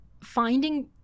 finding